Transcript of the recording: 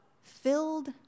filled